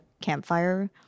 campfire